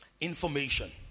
Information